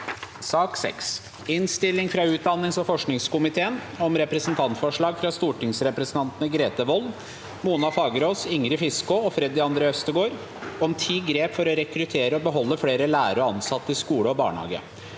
Innstilling fra utdannings- og forskningskomiteen om Representantforslag fra stortingsrepresentantene Grete Wold, Mona Fagerås, Ingrid Fiskaa og Freddy André Øvstegård om ti grep for å rekruttere og beholde flere lærere og ansatte i skole og barnehage